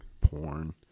porn